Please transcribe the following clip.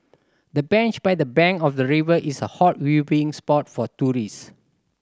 the bench by the bank of the river is a hot viewing spot for tourists